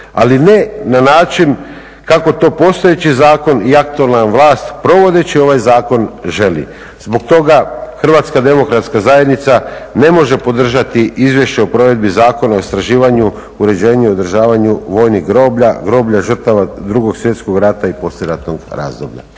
ali ne na način kako to postojeći zakon i aktualna vlast provodeći ovaj zakon želi. Zbog toga HDZ ne može podržati Izvješće o provedbi Zakona o istraživanju, uređenju i održavanja vojnih groblja, groblja žrtava 2.svjetskog rata i poslijeratnog razdoblja.